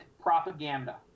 propaganda